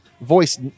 voice